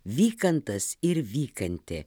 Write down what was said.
vykantas ir vykantė